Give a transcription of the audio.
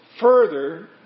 further